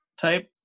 type